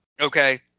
okay